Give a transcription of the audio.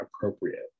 appropriate